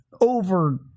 over